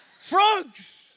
Frogs